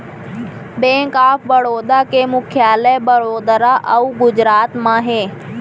bank of Baroda के मुख्यालय बड़ोदरा अउ गुजरात म हे